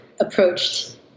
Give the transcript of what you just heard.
approached